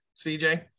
CJ